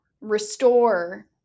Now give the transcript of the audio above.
restore